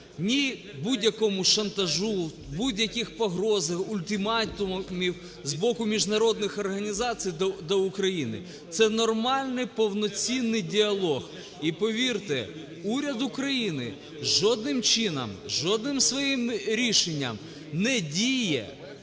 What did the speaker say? ні будь-якому шантажу, будь-яких погроз, ультиматумів з боку міжнародних організацій до України – це нормальний, повноцінний діалог. І повірте, уряд України жодним чином, жодним своїм рішенням не діє